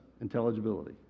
intelligibility